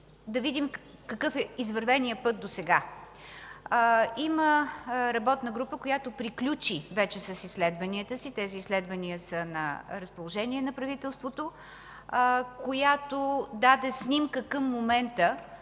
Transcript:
да видим какъв е извървеният път досега. Има работна група, която приключи вече с изследванията си. Тези изследвания са на разположение на правителството. Тя даде снимка към момента